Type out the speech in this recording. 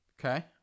Okay